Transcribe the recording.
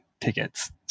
tickets